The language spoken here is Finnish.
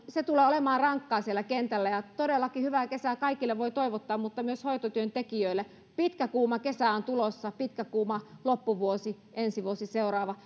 se tulee olemaan rankkaa siellä kentällä ja todellakin hyvää kesää kaikille voi toivottaa mutta myös hoitotyöntekijöille pitkä kuuma kesä on tulossa pitkä kuuma loppuvuosi ensi vuosi seuraava